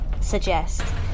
suggest